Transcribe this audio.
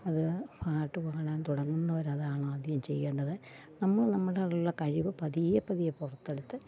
അത് പാട്ട് പാടാൻ തുടങ്ങുന്നവർ അതാണ് ആദ്യം ചെയ്യേണ്ടത് നമ്മൾ നമ്മളുടെ ഉള്ളിലെ കഴിവ് പതിയെ പതിയെ പുറത്തെടുത്ത്